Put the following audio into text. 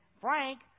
Frank